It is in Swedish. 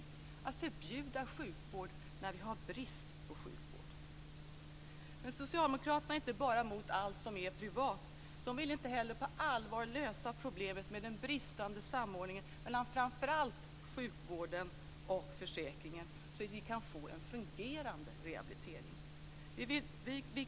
Det är orimligt att förbjuda sjukvård när vi har brist på sjukvård. Men socialdemokraterna är inte bara emot allt som är privat. De vill inte heller på allvar lösa problemet med den bristande samordningen mellan framför allt sjukvård och försäkring, så att vi kan få en fungerande rehabilitering.